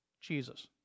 Jesus